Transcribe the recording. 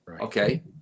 Okay